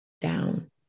down